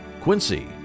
Quincy